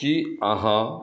कि अहाँ